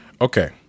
Okay